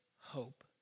hope